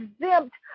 exempt